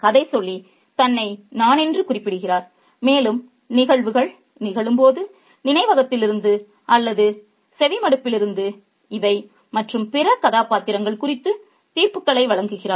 கதை சொல்லி தன்னை 'நான்' என்று குறிப்பிடுகிறார் மேலும் நிகழ்வுகள் நிகழும்போது நினைவகத்திலிருந்து அல்லது செவிமடுப்பிலிருந்து இவை மற்றும் பிற கதாபாத்திரங்கள் குறித்துத் தீர்ப்புகளை வழங்குகிறார்